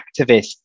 activists